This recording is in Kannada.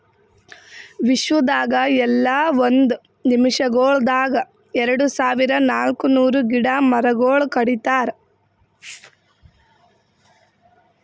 ವಿಶ್ವದಾಗ್ ಎಲ್ಲಾ ಒಂದ್ ನಿಮಿಷಗೊಳ್ದಾಗ್ ಎರಡು ಸಾವಿರ ನಾಲ್ಕ ನೂರು ಗಿಡ ಮರಗೊಳ್ ಕಡಿತಾರ್